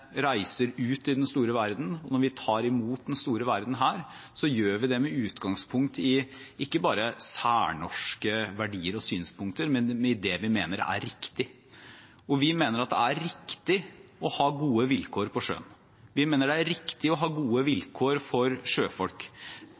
reiser ut i den store verden, når vi tar imot den store verden her, gjør vi det med utgangspunkt i ikke bare særnorske verdier og synspunkter, men i det vi mener er riktig. Vi mener at det er riktig å ha gode vilkår på sjøen, vi mener at det er riktig å ha gode vilkår for sjøfolk.